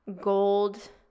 gold